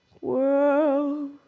world